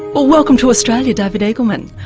well, welcome to australia, david eagleman.